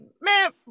Man